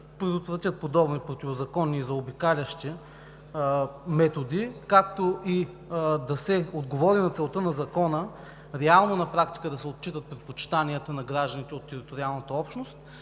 предотвратят подобни противозаконни и заобикалящи методи, както и да се отговори на целта на Закона – реално на практика да се отчитат предпочитанията на гражданите от териториалната общност,